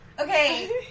Okay